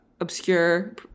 obscure